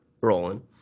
rolling